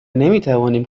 نمیتوانیم